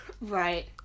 Right